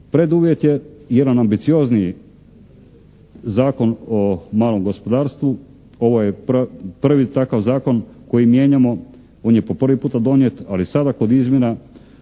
preduvjet je jedan ambiciozniji Zakon o malom gospodarstvu, ovo je prvi takav zakon koji mijenjamo, on je po prvi puta donijet, ali sada kod izmjena